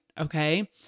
okay